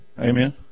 Amen